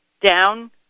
down